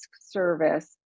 service